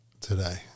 today